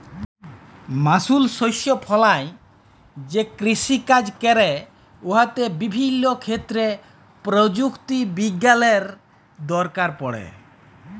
মালুস শস্য ফলাঁয় যে কিষিকাজ ক্যরে উয়াতে বিভিল্য ক্ষেত্রে পরযুক্তি বিজ্ঞালের দরকার পড়ে